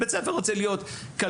בית ספר רוצה להיות כלכלי,